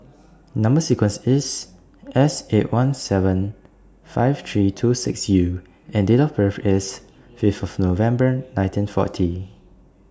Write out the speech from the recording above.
Number sequence IS S eight one seven five three two six U and Date of birth IS Fifth November nineteen forty